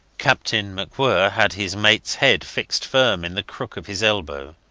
captain macwhirr had his mates head fixed firm in the crook of his elbow,